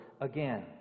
again